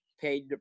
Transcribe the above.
paid